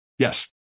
Yes